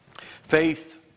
Faith